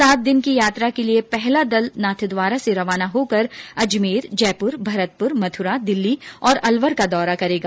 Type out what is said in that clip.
सात दिन की यात्रा के लिये पहला दल नाथद्वारा से रवाना होकर अजमेर जयपुर भरतपुर मथुरा दिल्ली और अलवर का दौरा करेगा